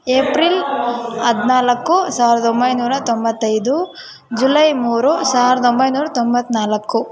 April ಹದಿನಾಲ್ಕು ಸಾವಿರದ ಒಂಬೈನೂರ ತೊಂಬತ್ತೈದು ಜುಲೈ ಮೂರು ಸಾವಿರದ ಒಂಬೈನೂರ ತೊಂಬತ್ತ್ನಾಲ್ಕು